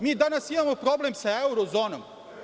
Mi danas imamo problem sa euro zonom.